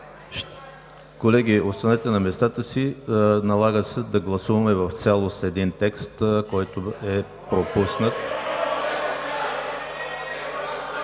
Колеги, останете на местата си. Налага се да гласуваме в цялост един текст, който е пропуснат.